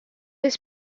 was